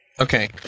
Okay